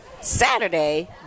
Saturday